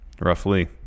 Roughly